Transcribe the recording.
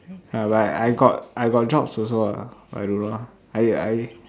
ya but I got I got jobs also ah but I don't know ah I I